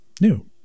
new